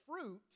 fruit